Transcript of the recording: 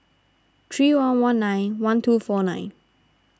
three one one nine one two four nine